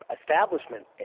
establishment